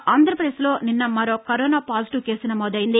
కాగా ఆంధ్రపదేశ్లో నిన్న మరో కరోనా పాజిటివ్ కేసు నమోదయ్యింది